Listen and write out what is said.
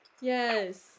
Yes